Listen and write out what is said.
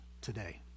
today